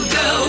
go